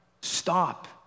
stop